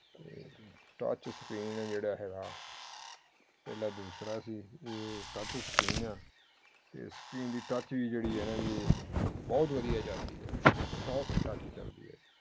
ਅਤੇ touch screen ਜਿਹੜਾ ਹੈਗਾ ਪਹਿਲਾਂ ਦੂਸਰਾ ਸੀ ਇਹ ਟੱਚ ਸਕਰੀਨ ਆ ਅਤੇ ਸਕਰੀਨ ਦੀ ਟੱਚ ਵੀ ਜਿਹੜੀ ਆ ਇਹਨਾਂ ਦੀ ਬਹੁਤ ਵਧੀਆ ਚਲਦੀ ਹੈ ਸੌਫਟ ਟੱਚ ਚਲਦੀ ਹੈ